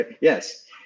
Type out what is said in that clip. yes